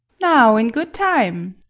now, in good time!